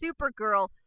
Supergirl